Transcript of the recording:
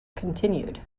continued